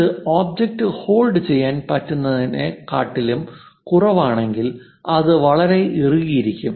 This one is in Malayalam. അത് ഒബ്ജക്റ്റ് ഹോൾഡ് ചെയ്യാൻ പറ്റുന്നതിനെ കാട്ടിലും കുറവാണെങ്കിൽ അത് വളരെ ഇറുകിയിരിക്കും